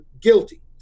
guilty